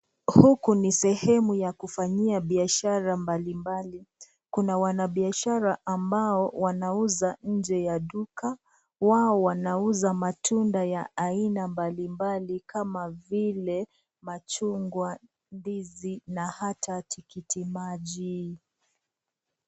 Huku ni sehemu ya kufanyia biashara mbalimbali, kuna wana biashara ambao wanauza nje ya duka. Wao wanauza matunda ya aina mbalimbali kama vile machungwa, ndizi na hata tikitiki maji.